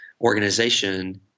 organization –